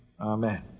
amen